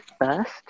first